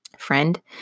friend